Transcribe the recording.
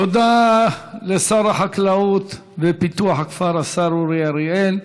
תודה לשר החקלאות ופיתוח הכפר, השר אורי אריאל.